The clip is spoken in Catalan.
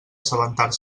assabentar